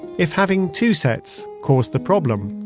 if having two sets cause the problem,